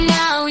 now